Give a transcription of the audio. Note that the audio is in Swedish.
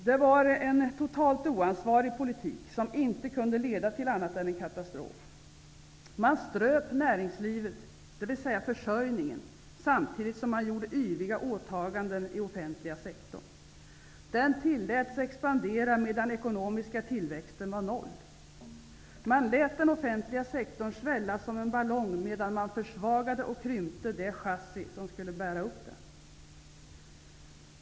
Det var en totalt oansvarig politik, som inte kunde leda till annat än katastrof. Man ströp näringslivet, dvs. försörjningen, samtidigt som man gjorde yviga åtaganden inom offentliga sektorn. Den tilläts expandera, medan ekonomiska tillväxten var noll. Man lät den offentliga sektorn svälla som en ballong, medan man försvagade och krympte det chassi som skulle bära upp den.